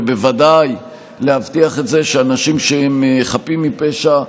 בוודאי יש להבטיח את זה שאנשים חפים מפשע,